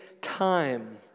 time